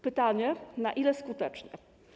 Pytanie: Na ile skuteczne?